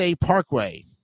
Parkway